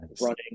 running